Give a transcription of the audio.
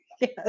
Yes